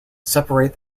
separate